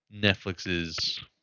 Netflix's